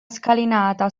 scalinata